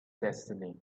destiny